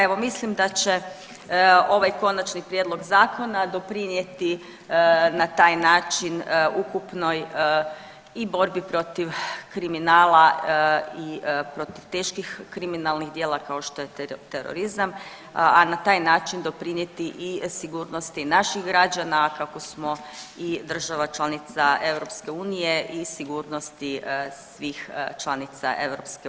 Evo mislim da će ovaj konačni prijedlog zakona doprinjeti na taj način ukupnoj i borbi protiv kriminala i protiv teških kriminalnih djela kao što je terorizam, a na taj način doprinjeti i sigurnosti naših građana, a kako smo i država članica EU i sigurnosti svih članica EU.